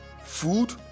food